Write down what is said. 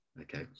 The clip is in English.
Okay